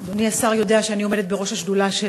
אדוני השר יודע שאני עומדת בראש השדולה של